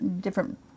different